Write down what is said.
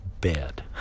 bed